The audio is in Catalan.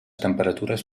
temperatures